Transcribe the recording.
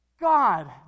God